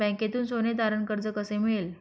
बँकेतून सोने तारण कर्ज कसे मिळेल?